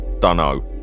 Dunno